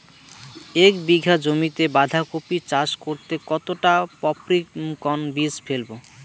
এক বিঘা জমিতে বাধাকপি চাষ করতে কতটা পপ্রীমকন বীজ ফেলবো?